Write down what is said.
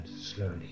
slowly